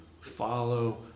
follow